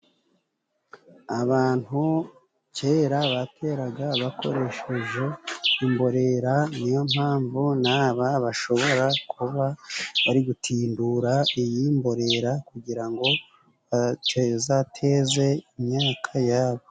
Abantu kera bateraga bakoresheje imborera, niyo mpamvu n'aba bashobora kuba bari gutindura iyi mborera, kugira ngo bazateze imyaka yabo.